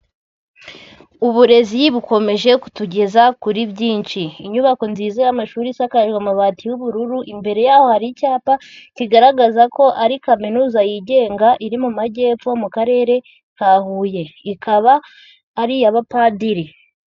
Uburezi bukomeje kutugeza kuri byinshi, inyubako nziza y'amashuri isakajwe amabati y'ubururu, imbere yaho hari icyapa kigaragaza ko ari kaminuza yigenga iri mu majyepfo mu karere ka Huye, ikaba ari iy'abapadiri.